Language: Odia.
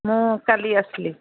ମୁଁ କାଲି ଆସିଲି